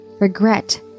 regret